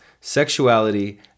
sexuality